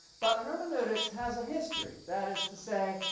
but hermeneutics has a history that is to say,